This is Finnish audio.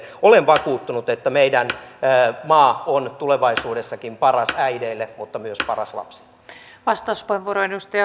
olen vakuuttunut että meidän maa on tulevaisuudessakin paras äideille mutta myös paras lapsille